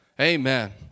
Amen